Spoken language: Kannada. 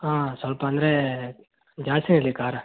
ಹಾಂ ಸ್ವಲ್ಪ ಅಂದರೆ ಜಾಸ್ತಿ ಹೇಳಿ ಖಾರ